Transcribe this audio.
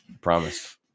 promise